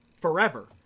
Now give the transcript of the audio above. forever